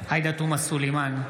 עאידה תומא סלימאן,